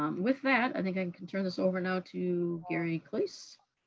um with that, i think i and can turn this over now to gary klase,